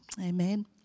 Amen